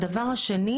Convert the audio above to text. הדבר השני